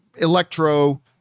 Electro